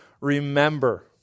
remember